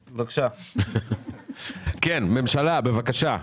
הממשלה, בבקשה.